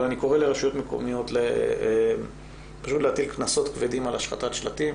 אבל אני קורא לרשויות להטיל קנסות כבדים על השחתת שלטים